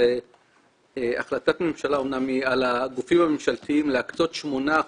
על הגופים הממשלתיים להקצות 8%,